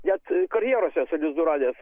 net karjeruose esu lizdų radęs